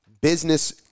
Business